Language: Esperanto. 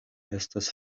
estas